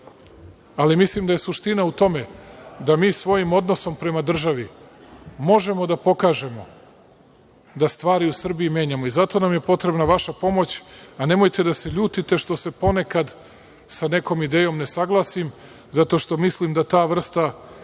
mislim da je suština u tome da mi svojim odnosom prema državi možemo da pokažemo da stvari u Srbiji menjamo i zato nam je potrebna vaša pomoć, a nemojte da se ljutite što se ponekad sa nekom idejom ne saglasim, zato što mislim da ta vrsta